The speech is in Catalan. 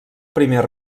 primer